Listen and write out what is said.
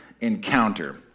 Encounter